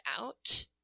out